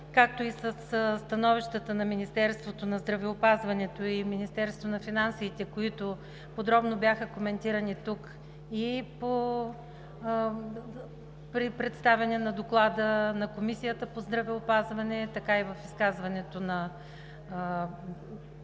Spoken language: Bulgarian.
както и със становищата на Министерството на здравеопазването и на Министерството на финансите, които подробно бяха коментирани тук и при представянето на Доклада на Комисията по здравеопазване, така и в изказването на